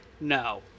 No